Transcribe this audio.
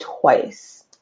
twice